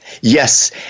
Yes